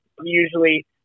usually